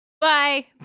Bye